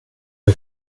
bei